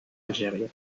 algérienne